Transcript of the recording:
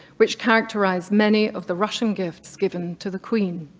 which characterized many of the russian gifts given to the queen.